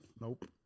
Nope